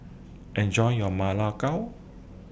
Enjoy your Ma Lai Gao